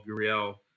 Guriel